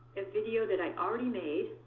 and video that i already made,